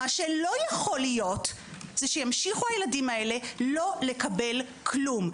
לא יכול להיות שהילדים האלה ימשיכו לא לקבל כלום,